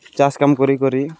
ଚାଷ୍ କାମ୍ କରି କରି